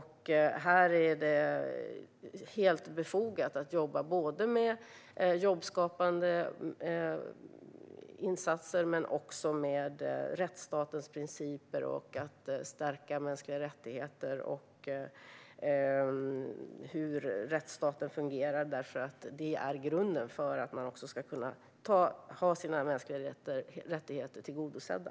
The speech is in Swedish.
Här är det helt befogat att jobba med både jobbskapande insatser och rättsstatens principer och att stärka mänskliga rättigheter och rättsstatens funktion, för detta är grunden för att man ska ha sina mänskliga rättigheter tillgodosedda.